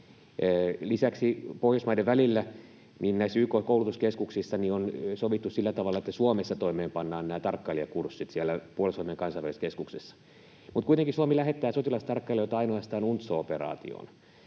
Lisäksi Pohjoismaiden välillä näissä YK:n koulutuskeskuksissa on sovittu sillä tavalla, että Suomessa toimeenpannaan nämä tarkkailijakurssit Puolustusvoimien kansainvälisessä keskuksessa. Kuitenkin Suomi lähettää sotilastarkkailijoita ainoastaan UNTSO-operaatioon.